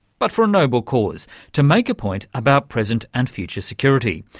but for a noble cause to make a point about present and future security.